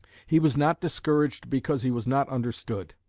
he was not discouraged because he was not understood.